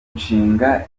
nshinga